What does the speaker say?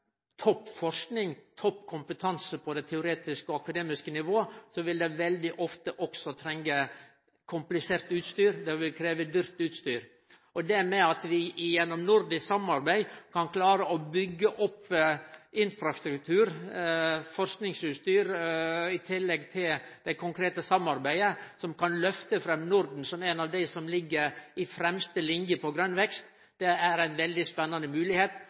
topp forsking og topp kompetanse på det teoretiske og akademiske nivået vil det veldig ofte også krevje komplisert og dyrt utstyr. Det at vi gjennom nordisk samarbeid kan klare å byggje opp infrastruktur, samarbeide om forskingsutstyr, i tillegg til det konkrete samarbeidet, som kan lyfte fram Norden til å liggje i fremste line når det gjeld grøn vekst, er ei veldig spennande moglegheit. Det er ei moglegheit som vi i SV er veldig